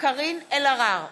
קארין אלהרר,